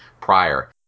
prior